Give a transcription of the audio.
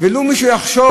ומישהו לו יחשוב: